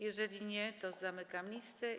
Jeżeli nie, to zamykam listę.